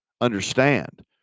Understand